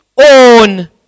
own